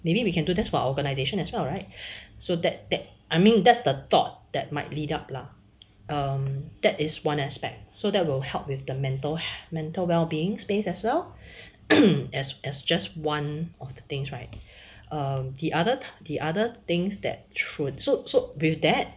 maybe we can do this for our organisation as well right so that that I mean that's the thought that might lead up lah um that is one aspect so that will help with the mental mental wellbeing space as well as as just one of the things right um the other the other things that through so so with that